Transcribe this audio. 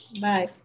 Bye